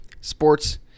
sports